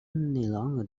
longer